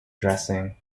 dressing